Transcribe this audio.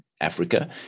Africa